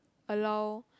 allow